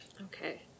okay